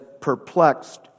perplexed